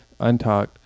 Untalked